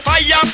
Fire